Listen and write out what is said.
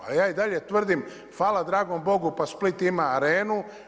A ja i dalje tvrdim hvala dragom Bogu pa Split ima Arenu.